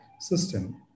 system